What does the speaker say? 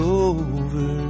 over